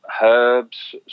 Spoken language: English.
herbs